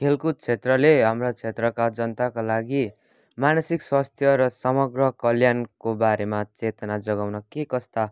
खेलकुद क्षेत्रले हाम्रा क्षेत्रका जनताका लागि मानसिक स्वास्थ्य र समग्र कल्याणको बारेमा चेतना जगाउन के कस्ता